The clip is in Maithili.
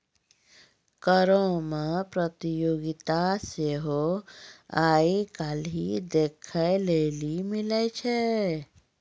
करो मे प्रतियोगिता सेहो आइ काल्हि देखै लेली मिलै छै